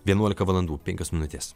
vienuolika valandų penkios minutės